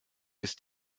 ist